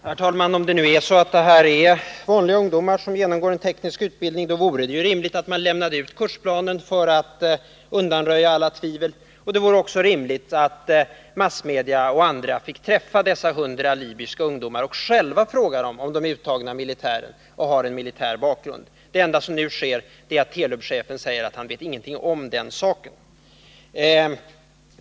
Herr talman! Om det nu är så att det rör sig om helt vanliga ungdomar som genomgår en teknisk utbildning, då vore det ju rimligt att man lämnade ut kursplanen för att undanröja alla tvivel. Det vore också rimligt att massmedia och andra fick träffa dessa 100 libyska ungdomar och själva fråga dem om de är uttagna av militären och har en militär bakgrund. Det enda som nu sker är att Telubchefen säger att han ingenting vet om den saken.